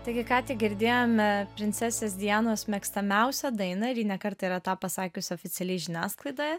taigi ką tik girdėjome princesės dianos mėgstamiausią dainą ir ji ne kartą yra tą pasakiusi oficialiai žiniasklaidoje